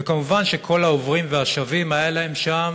וכמובן, כל העוברים והשבים, הייתה להם שם